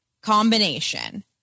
combination